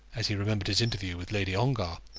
as he remembered his interview with lady ongar.